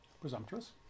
presumptuous